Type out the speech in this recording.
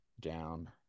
down